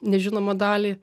nežinomą dalį